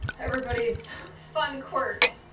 everybody's fun quirk